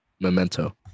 memento